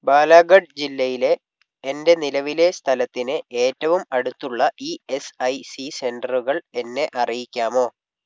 ബാലഘട്ട് ജില്ലയിലെ എൻ്റെ നിലവിലെ സ്ഥലത്തിന് ഏറ്റവും അടുത്തുള്ള ഇ എസ് ഐ സി സെൻറ്ററുകൾ എന്നെ അറിയിക്കാമോ